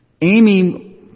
Amy